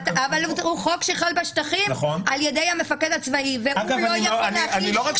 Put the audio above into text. אבל הוא חוק שחל בשטחים על ידי המפקד הצבאי והוא לא יכול להחיל